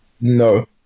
no